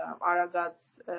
Aragat's